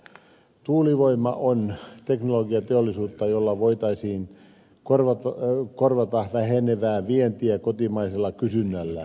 tuulivoima on teknologiateollisuutta jolla voitaisiin korvata vähenevää vientiä kotimaisella kysynnällä